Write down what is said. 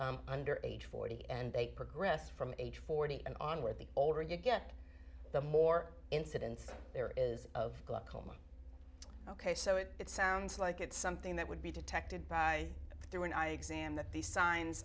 under age forty and they progressed from age forty and onward the older you get the more incidents there is of glaucoma ok so it it sounds like it's something that would be detected by through an eye exam that these signs